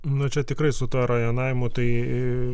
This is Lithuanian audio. na čia tikrai su ta rajonavimu tai